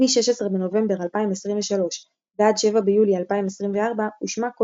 מ-16 בנובמבר 2023 ועד 7 ביולי 2024 הושמע כל